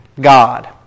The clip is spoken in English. God